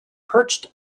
perched